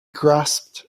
grasped